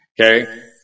Okay